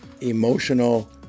emotional